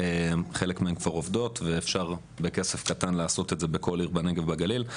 חלק מהם כבר עובדות ואפשר בכסף קטן לעשות את זה בכל עיר בנגב ובגליל,